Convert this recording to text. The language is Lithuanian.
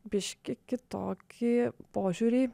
biški kitokį požiūrį